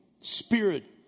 Spirit